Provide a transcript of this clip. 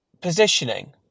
positioning